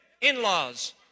in-laws